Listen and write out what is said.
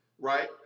right